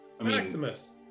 Maximus